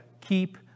keep